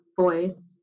voice